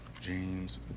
James